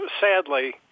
sadly